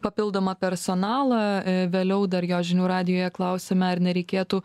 papildomą personalą vėliau dar jo žinių radijuje klausėme ar nereikėtų